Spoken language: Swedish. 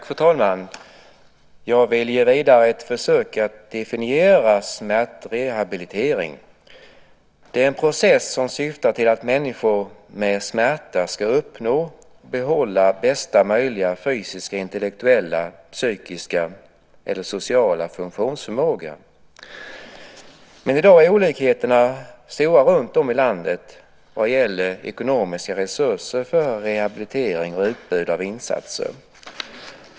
Fru talman! Jag vill göra ett vidare försök att definiera smärtrehabilitering. Det är en process som syftar till att människor med smärta ska uppnå och behålla bästa möjliga fysiska, intellektuella, psykiska eller sociala funktionsförmågor. I dag är olikheterna stora runtom i landet vad gäller ekonomiska resurser för rehabilitering och utbud av insatser.